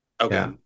okay